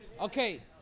Okay